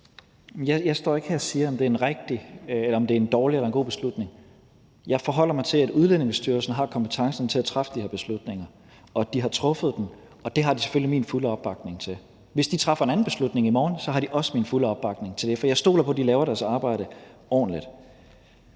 Jeg står ikke her og siger, om det er en dårlig eller en god beslutning. Jeg forholder mig til, at Udlændingestyrelsen har kompetencen til at træffe de her beslutninger, og at de har truffet dem, og det har de selvfølgelig min fulde opbakning til. Hvis de træffer en anden beslutning i morgen, har de også min fulde opbakning til det, for jeg stoler på, at de laver deres arbejde ordentligt.